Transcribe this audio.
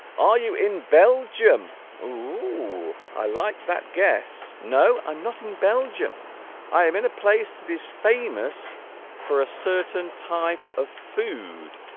are you in belgium ooh i like that guess no i'm not in belgium i am in a place that is fey amos for a certain type of food